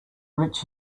rich